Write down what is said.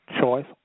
choice